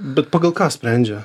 bet pagal ką sprendžia